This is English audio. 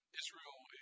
Israel